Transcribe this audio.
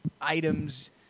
items